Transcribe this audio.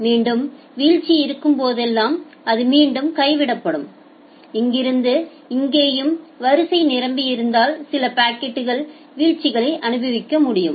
மீண்டும் வீழ்ச்சி இருக்கும் போதெல்லாம் அது மீண்டும் கைவிடப்படும் இங்கிருந்து இங்கேயும் வரிசை நிரம்பியிருந்தால் சில பாக்கெட் வீழ்ச்சிகளை அனுபவிக்க முடியும்